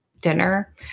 dinner